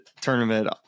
tournament